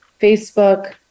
Facebook